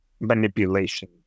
manipulation